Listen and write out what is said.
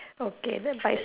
okay the bicy~